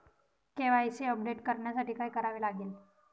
KYC update करण्यासाठी काय करावे लागेल?